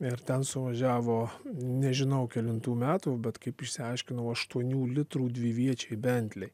ir ten suvažiavo nežinau kelintų metų bet kaip išsiaiškinau aštuonių litrų dviviečiai bentliai